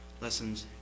Lessons